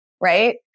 right